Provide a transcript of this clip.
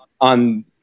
on